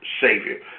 Savior